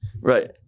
Right